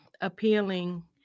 appealing